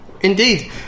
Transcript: indeed